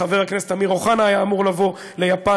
חבר הכנסת אמיר אוחנה היה אמור לבוא ליפן,